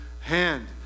hand